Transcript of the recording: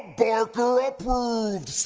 barker approved.